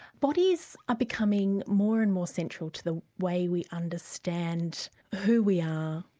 bodies are becoming more and more central to the way we understand who we are,